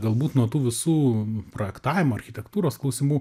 galbūt nuo tų visų projektavimo architektūros klausimų